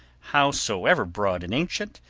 howsoever broad and ancient,